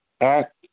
act